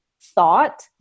thought